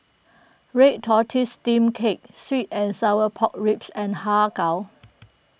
Red Tortoise Steamed Cake Sweet and Sour Pork Ribs and Har Kow